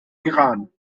iran